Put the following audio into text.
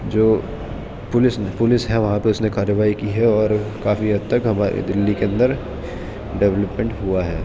جو police police ہے وہاں پہ اس نے کارروائی کی ہے اور کافی حد تک ہماری دلی کے اندر ڈیولپمنٹ ہوا ہے